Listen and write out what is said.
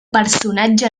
personatge